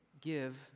give